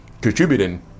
contributing